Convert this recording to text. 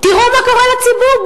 תראו מה קורה לציבור.